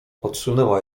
odsunęła